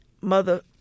Mother